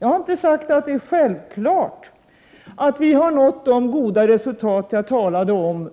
Jag har inte sagt att det är självklart att vi till sekelskiftet har nått de goda resultat som jag talade om.